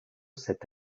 cet